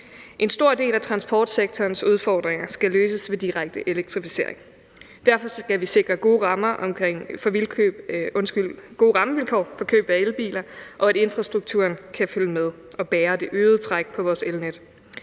En stor del af transportsektorens udfordringer skal løses ved direkte elektrificering. Derfor skal vi sikre gode rammevilkår for køb af elbiler, og at infrastrukturen kan følge med og bære det øgede træk på vores elnet.